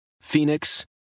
phoenix